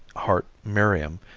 hart merriam,